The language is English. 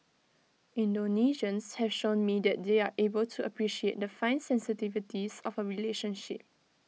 Indonesians have shown me that they are able to appreciate the fine sensitivities of A relationship